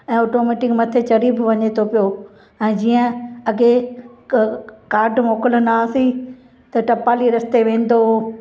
ऐं ऑटोमेटिक मथे चढ़ी बि वञे थो पियो ऐं जीअं अॻिए क कार्ड मोकलंदासी त टपाली रस्ते वेंदो हुओ